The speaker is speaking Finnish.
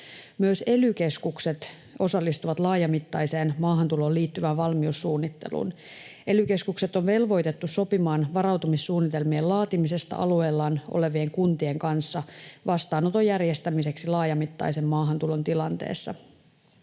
Myös ely-keskukset osallistuvat laajamittaiseen maahantuloon liittyvään valmiussuunnitteluun. Ely-keskukset on velvoitettu sopimaan varautumissuunnitelmien laatimisesta alueillaan olevien kuntien kanssa vastaanoton järjestämiseksi laajamittaisen maahantulon tilanteessa.